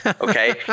Okay